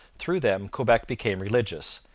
through them quebec became religious,